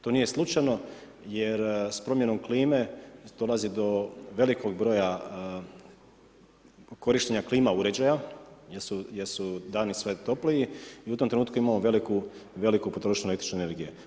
To nije slučajno jer s promjenom klime dolazi do velikog broja korištenja klima uređaja jer su dani sve topliji i u tom trenutku imamo veliku potrošnju električne energije.